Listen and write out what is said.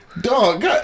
Dog